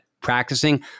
practicing